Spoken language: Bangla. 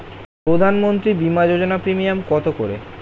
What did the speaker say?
প্রধানমন্ত্রী বিমা যোজনা প্রিমিয়াম কত করে?